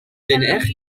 tener